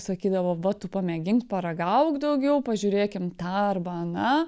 sakydavo va tu pamėgink paragauk daugiau pažiūrėkim tą arba aną